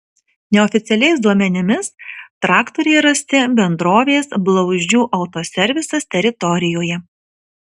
neoficialiais duomenimis traktoriai rasti bendrovės blauzdžių autoservisas teritorijoje